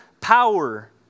power